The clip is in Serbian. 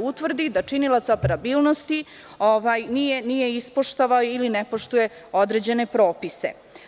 utvrdi da činilac operabilnosti nije ispoštovao ili ne poštuje određene propise.